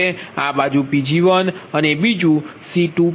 આ બાજુ Pg1અને બીજુ C2Pg2 છે